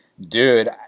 Dude